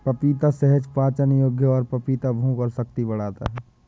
पपीता सहज पाचन योग्य है और पपीता भूख और शक्ति बढ़ाता है